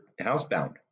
housebound